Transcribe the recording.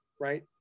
right